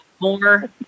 more